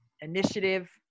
initiative